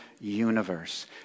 universe